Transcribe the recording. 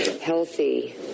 healthy